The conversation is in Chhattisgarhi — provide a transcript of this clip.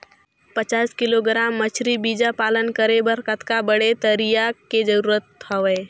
पचास किलोग्राम मछरी बीजा पालन करे बर कतका बड़े तरिया के जरूरत हवय?